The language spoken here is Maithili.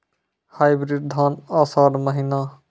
हाइब्रिड धान आषाढ़ महीना?